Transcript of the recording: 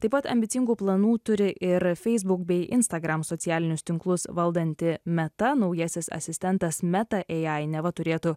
taip pat ambicingų planų turi ir facebook bei instagram socialinius tinklus valdanti meta naujasis asistentas meta ai neva turėtų